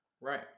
right